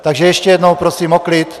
Takže ještě jednou prosím o klid.